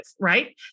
right